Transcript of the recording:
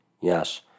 yes